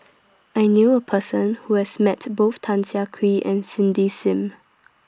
I knew A Person Who has Met Both Tan Siah Kwee and Cindy SIM